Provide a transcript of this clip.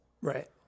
Right